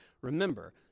remember